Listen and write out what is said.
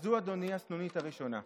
אני מעודכן מאוד.